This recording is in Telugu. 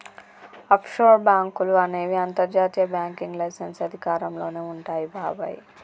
ఆఫ్షోర్ బాంకులు అనేవి అంతర్జాతీయ బ్యాంకింగ్ లైసెన్స్ అధికారంలోనే వుంటాయి బాబాయ్